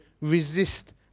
resist